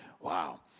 Wow